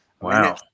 Wow